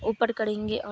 اوپر کڑیں گے اور